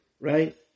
right